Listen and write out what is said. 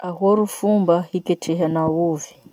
Ahoa ro fomba hiketrehanao ovy?